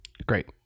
great